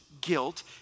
guilt